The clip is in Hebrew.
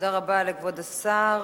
תודה רבה לכבוד השר.